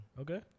okay